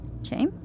Okay